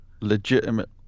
legitimate